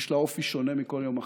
יש לה אופי שונה משל כל יום אחר.